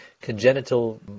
congenital